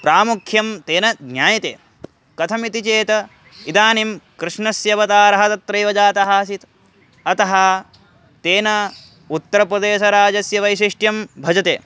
प्रामुख्यं तेन ज्ञायते कथमिति चेत् इदानीं कृष्णस्य अवतारः तत्रैव जातः आसीत् अतः तेन उत्तरप्रदेशराजस्य वैशिष्ट्यं भजते